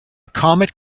comet